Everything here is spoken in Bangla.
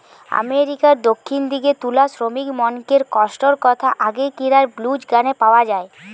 আমেরিকার দক্ষিণ দিকের তুলা শ্রমিকমনকের কষ্টর কথা আগেকিরার ব্লুজ গানে পাওয়া যায়